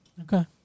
Okay